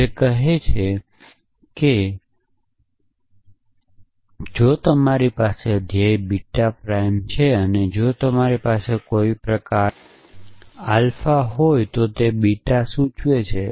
તે કહે છે કે જો તમારી પાસે ધ્યેય બીટા પ્રાઇમ છે અને જો તમારી પાસે કોઈ પ્રકારનો આલ્ફા હોય તો બીટા સૂચવે છે